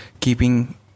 keeping